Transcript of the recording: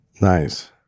nice